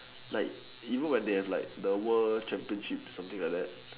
like even when they have like the world championships something like this